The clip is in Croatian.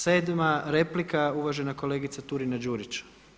Sedma replika uvažena kolegica Turina Đurić.